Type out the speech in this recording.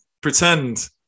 Pretend